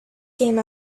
came